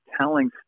telling